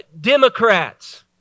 Democrats